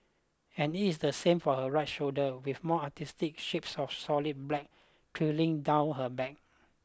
and it's the same for her right shoulder with more artistic shapes of solid black trailing down her back